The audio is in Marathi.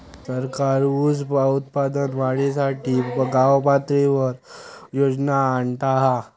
सरकार ऊस उत्पादन वाढीसाठी गावपातळीवर योजना आणता हा